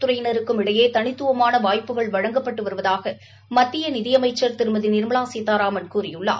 துறையினருக்கும் இடையே தனித்துவமான வாய்ப்புகள் வழங்கப்பட்டு வருவதாக மத்திய நிதி அமைச்சர் திருமதி நிர்மலா சீதாராமன் கூறியுள்ளார்